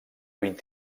vint